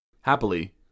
Happily